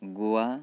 Goa